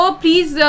please